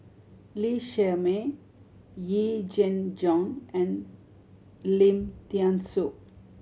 Lee Shermay Yee Jenn Jong and Lim Thean Soo